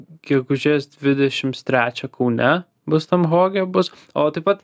gegužės dvidešimts trečią kaune bus tam hoge bus o taip pat